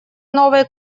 новой